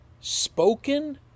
spoken